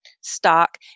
stock